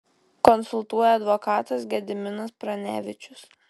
konsultuoja advokatas gediminas pranevičius